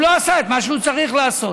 הוא לא עשה את מה שהוא צריך לעשות.